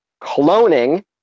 Cloning